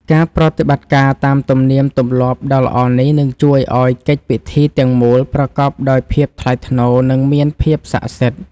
ការប្រតិបត្តិតាមទំនៀមទម្លាប់ដ៏ល្អនេះនឹងជួយឱ្យកិច្ចពិធីទាំងមូលប្រកបដោយភាពថ្លៃថ្នូរនិងមានភាពស័ក្តិសិទ្ធិ។